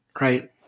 right